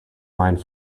mind